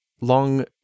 long